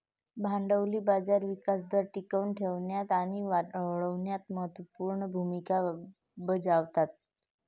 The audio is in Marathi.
भांडवली बाजार विकास दर टिकवून ठेवण्यात आणि वाढविण्यात महत्त्व पूर्ण भूमिका बजावतात